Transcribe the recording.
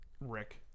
Rick